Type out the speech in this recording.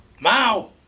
Mao